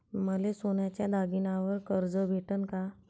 मले सोन्याच्या दागिन्यावर कर्ज भेटन का?